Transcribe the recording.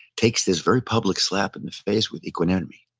takes this very public slap in the face with equanimity.